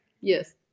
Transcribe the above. Yes